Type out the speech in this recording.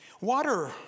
Water